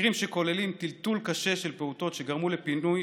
מקרים שכוללים טלטול קשה של פעוטות שגרמו לפינוי